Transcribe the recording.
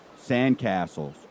Sandcastles